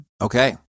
Okay